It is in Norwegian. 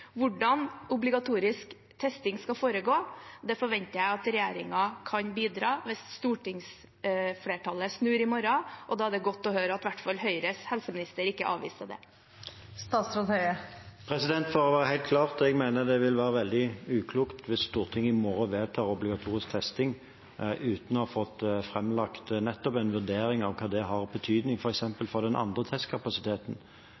Hvordan obligatorisk testing skal foregå, forventer jeg at regjeringen kan bidra med hvis stortingsflertallet snur i morgen. Da er det godt å høre at i hvert fall Høyres helseminister ikke avviste det. For å være helt klar: Jeg mener det vil være veldig uklokt hvis Stortinget i morgen vedtar obligatorisk testing uten å ha fått framlagt en vurdering av hva det har av betydning for